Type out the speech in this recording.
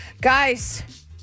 Guys